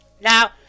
Now